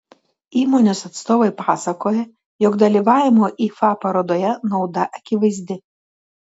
įmonės atstovai pasakoja jog dalyvavimo ifa parodoje nauda akivaizdi